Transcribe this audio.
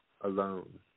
alone